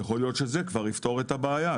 אולי זה יפתור את הבעיה,